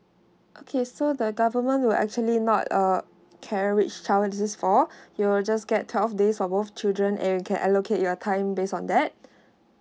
okay so the government will actually not uh carriage child assist for you will just get twelve days for both children and you can allocate your time based on that